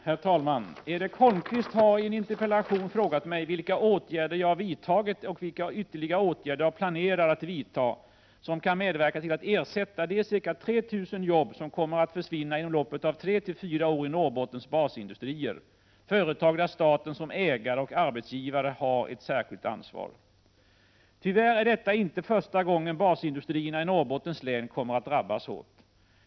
Herr talman! Erik Holmkvist har i en interpellation frågat mig vilka åtgärder jag vidtagit och vilka ytterligare åtgärder jag planerar att vidta som kan medverka till att ersätta de ca 3 000 jobb som kommer att försvinna inom loppet av tre fyra år i Norrbottens basindustrier — företag där staten som ägare och arbetsgivare har ett särskilt ansvar. Tyvärr är detta inte första gången basindustrierna i Norrbottens län kommer att drabbas hårt.